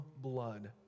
blood